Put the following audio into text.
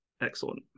Excellent